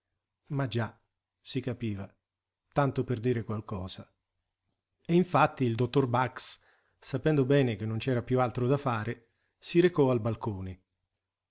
ma già si capiva tanto per dire qualche cosa e infatti il dottor bax sapendo bene che non c'era più altro da fare si recò al balcone